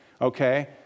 okay